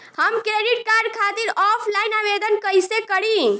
हम credit card खातिर offline आवेदन कइसे करि?